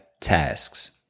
tasks